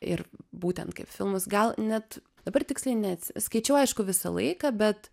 ir būtent kaip filmus gal net dabar tiksliai nets skaičiau aišku visą laiką bet